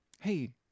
hey